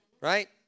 Right